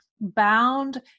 bound